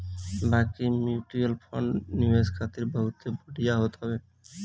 बाकी mutual fund निवेश खातिर बहुते बढ़िया होत हवे